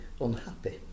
unhappy